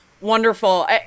Wonderful